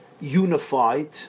unified